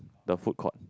the food court